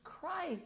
Christ